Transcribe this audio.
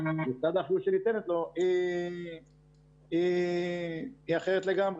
והסמכויות שניתנות לו היא אחרת לגמרי.